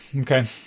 Okay